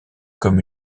comme